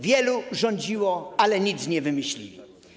Wielu rządziło, ale nic nie wymyśliło.